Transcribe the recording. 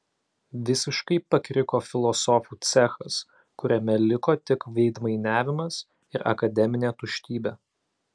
visiškai pakriko filosofų cechas kuriame liko tik veidmainiavimas ir akademinė tuštybė